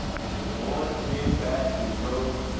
and du bois came back and wrote.